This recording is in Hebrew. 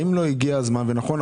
האם לא הגיע הזמן ונכון,